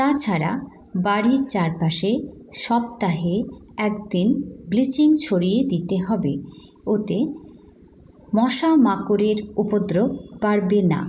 তাছাড়া বাড়ির চারপাশে সপ্তাহে একদিন ব্লিচিং ছড়িয়ে দিতে হবে ওতে মশা মাকড়ের উপদ্রব বাড়বে না